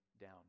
down